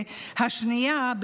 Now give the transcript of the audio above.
והשנייה,